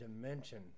dimension